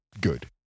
good